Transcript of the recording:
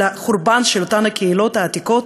על החורבן של אותן קהילות עתיקות